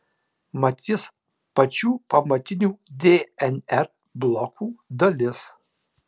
mat jis pačių pamatinių dnr blokų dalis